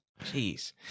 Jeez